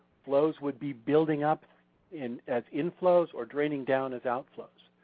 flows would be building up and as inflows or draining down as outflows.